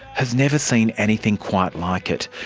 has never seen anything quite like it.